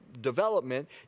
development